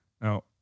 Now